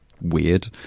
weird